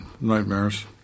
Nightmares